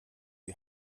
die